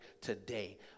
today